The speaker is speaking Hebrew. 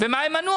ומה הייתה התשובה